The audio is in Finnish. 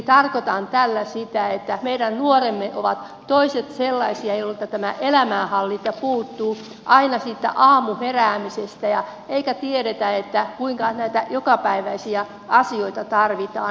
tarkoitan tällä sitä että meidän nuoristamme ovat toiset sellaisia joilta tämä elämänhallinta puuttuu aina siitä aamuheräämisestä eikä tiedetä kuinka näitä jokapäiväisiä asioita tarvitaan